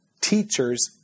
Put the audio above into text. teachers